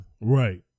Right